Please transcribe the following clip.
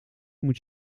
moet